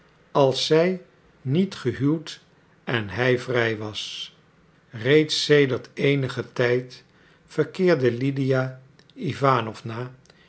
als zij niet gehuwd en hij vrij was reeds sedert eenigen tijd verkeerde lydia iwanowna